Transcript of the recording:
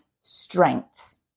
strengths